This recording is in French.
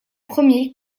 premier